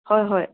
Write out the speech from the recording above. হয় হয়